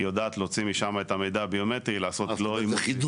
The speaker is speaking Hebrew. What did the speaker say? היא יודעת להוציא משם את המידע הביומטרי --- זה חידוש.